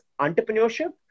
entrepreneurship